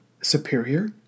superior